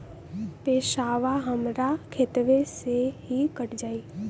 पेसावा हमरा खतवे से ही कट जाई?